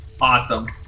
Awesome